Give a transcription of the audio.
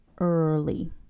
early